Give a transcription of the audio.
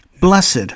Blessed